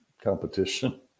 competition